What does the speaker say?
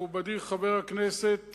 מכובדי חבר הכנסת